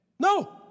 No